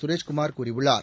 சுரேஷ் குமார் கூறியுள்ளார்